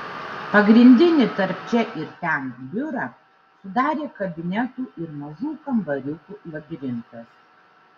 pagrindinį tarp čia ir ten biurą sudarė kabinetų ir mažų kambariukų labirintas